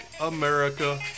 America